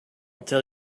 tell